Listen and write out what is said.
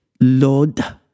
lord